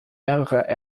mehrere